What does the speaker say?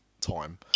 time